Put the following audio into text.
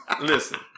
Listen